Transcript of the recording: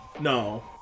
no